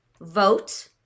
Vote